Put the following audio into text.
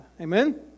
Amen